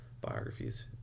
Biographies